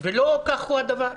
ולא כך הוא הדבר.